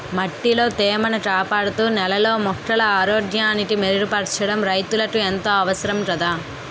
మట్టిలో తేమను కాపాడుతూ, నేలలో మొక్కల ఆరోగ్యాన్ని మెరుగుపరచడం రైతులకు ఎంతో అవసరం కదా